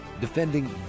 Defending